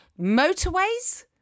Motorways